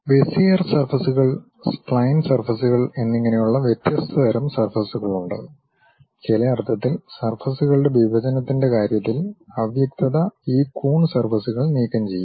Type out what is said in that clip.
Bezier സർഫസ്കൾ spline സർഫസ്കൾ എന്നിങ്ങനെയുള്ള വ്യത്യസ്ത തരം സർഫസ്കളുണ്ട് ചില അർത്ഥത്തിൽ സർഫസ്കളുടെ വിഭജനത്തിന്റെ കാര്യത്തിൽ അവ്യക്തത ഈ കൂൺ സർഫസ്കൾ നീക്കംചെയ്യും